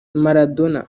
maradona